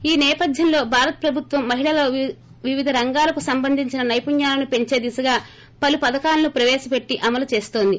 ఈ సేపధ్వంలో భారత్ ప్రభుత్వం మహిళలలో వివిధ రంగాలకు సంబందించిన సైపుణ్యాలను పెంచే దిశగా పలు పధకాలను ప్రవేశపెట్టి అమలు చేస్తోంది